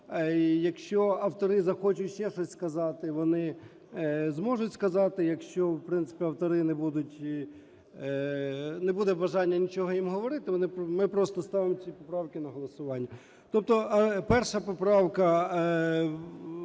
Якщо автори захочуть ще щось сказати, вони зможуть сказати. Якщо в принципі авторам не буде бажання нічого їм говорити, ми просто ставимо ці правки на голосування. Тобто 1 поправка